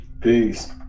Peace